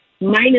minus